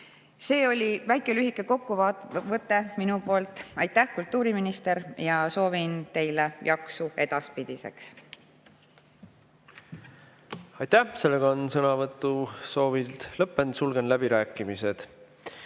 See oli lühike kokkuvõte minu poolt. Aitäh, kultuuriminister, ja soovin teile jaksu edaspidiseks! Aitäh! Sõnavõtusoovid on lõppenud, sulgen läbirääkimised.